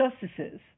justices